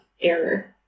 error